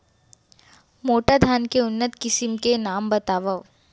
मोटा धान के उन्नत किसिम के नाम बतावव?